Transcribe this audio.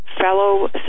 fellow